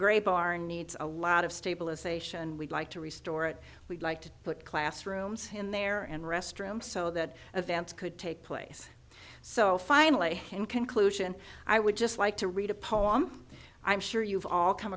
great barn needs a lot of stabilization and we'd like to restore it we'd like to put classrooms in there and restrooms so that events could take place so finally in conclusion i would just like to read a poem i'm sure you've all come